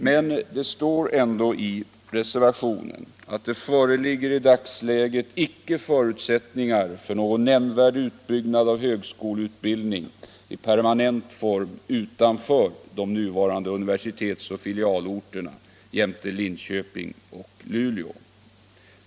Men det står ändå i moderaternas reservation att det i dagsläget icke föreligger förutsättningar för någon nämnvärd utbyggnad av högskoleutbildning i permanent form utanför de nuvarande universitets-och filialorterna jämte Linköping och Luleå.